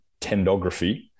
tendography